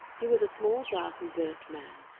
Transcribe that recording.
he was a small, dark, reserved man,